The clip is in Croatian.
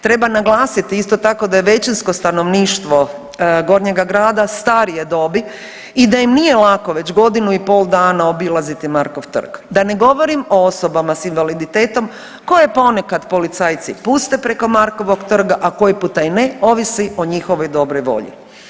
Treba naglasiti isto tako da je većinsko stanovništvo Gornjega grada starije dobi i da im nije lako već godinu i pol dana obilaziti Markov trg, da ne govorim o osobama s invaliditetom koje ponekad policajci puste preko Markovog trga, a koji puta ne, ovisi o njihovoj dobroj volji.